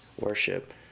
worship